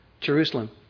Jerusalem